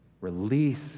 Release